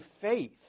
faith